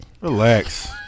Relax